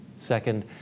second,